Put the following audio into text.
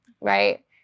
right